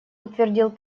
утвердил